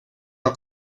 are